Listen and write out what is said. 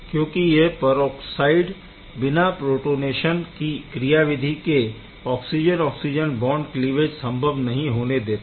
क्योंकि यह परऑक्साइड बिना प्रोटोनेशन की क्रियाविधि के ऑक्सिजन ऑक्सिजन बॉन्ड क्लीवेज संभव नहीं होने देता